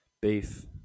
beef